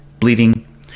bleeding